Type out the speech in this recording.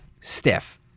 Stiff